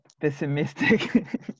pessimistic